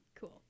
Cool